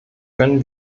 können